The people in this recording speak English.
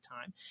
time